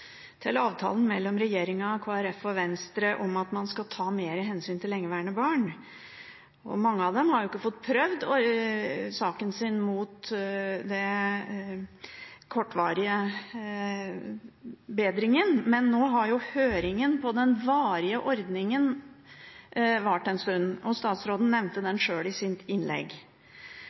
til avtalen mellom regjeringen, Kristelig Folkeparti og Venstre om at man skal ta mer hensyn til lengeværende barn. Mange av dem har jo ikke fått prøvd saken sin mot den kortvarige engangsløsningen, men nå har høringen om den varige ordningen vart en stund, og statsråden nevnte den sjøl i sitt innlegg.